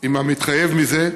עם המתחייב מזה,